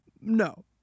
no